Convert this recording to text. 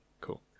Cool